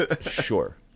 Sure